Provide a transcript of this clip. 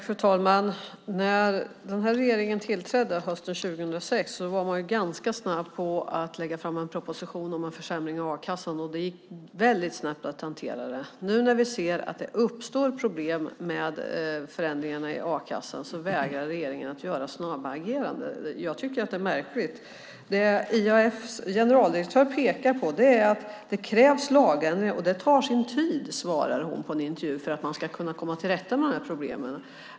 Fru talman! När den här regeringen tillträdde hösten 2006 var man ganska snabb att lägga fram en proposition om en försämring av a-kassan. Det gick väldigt snabbt att hantera det. När vi nu ser att det uppstår problem med förändringarna i a-kassan vägrar regeringen att agera snabbt. Jag tycker att det är märkligt. Det IAF:s generaldirektör pekar på är att det krävs lagändringar. Det tar sin tid, svarar hon i en intervju, för att man ska kunna komma till rätta med problemen.